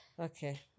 Okay